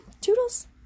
Toodles